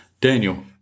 Daniel